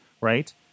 right